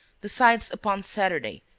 decides upon saturday,